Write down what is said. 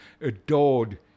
adored